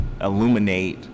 illuminate